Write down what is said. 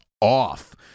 off